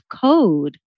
code